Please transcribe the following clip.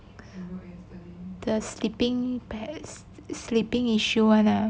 the sleeping pets sleeping issue [one] ah